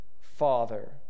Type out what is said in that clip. father